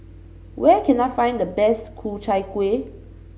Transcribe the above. where can I find the best Ku Chai Kueh